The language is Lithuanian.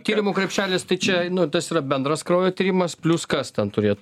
tyrimų krepšelis tai čia nu tas yra bendras kraujo tyrimas plius kas ten turėt